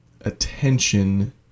attention